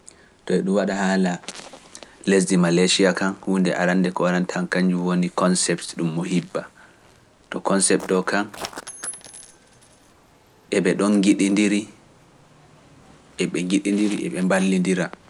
To e ɗum waɗa haala lesdi Malesia kan, hunde arande ko warani tan kañum woni concept ɗum mo hibba, to concept ɗo kan eɓe ɗon giɗindiri, eɓe giɗindiri, eɓe mballindira. Tu ɗum wi Saylan kam, ko waɗanta ɓerde nder finetawaji maɓɓe kañnju woni daranaki ngesa, yiggo ngesa, remugo maaroori e ko lutti.